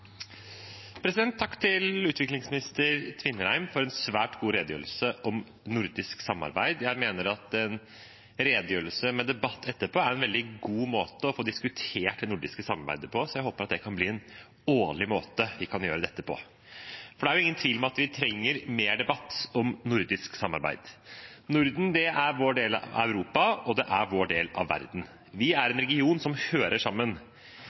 EU. Takk til utviklingsminister Tvinnereim for en svært god redegjørelse om nordisk samarbeid. Jeg mener at en redegjørelse med debatt etterpå er en veldig god måte å få diskutert det nordiske samarbeidet på, så jeg håper at det kan bli noe vi kan gjøre årlig. Det er ingen tvil om at vi trenger mer debatt om nordisk samarbeid. Norden er vår del av Europa, og det er vår del av verden. Vi er en region som hører sammen.